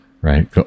right